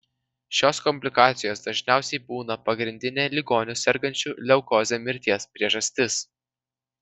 šios komplikacijos dažniausiai būna pagrindinė ligonių sergančių leukoze mirties priežastis